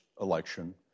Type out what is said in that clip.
election